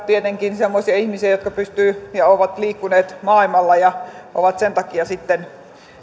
tietenkin semmoisia ihmisiä jotka ovat liikkuneet maailmalla ja ovat sen takia sitten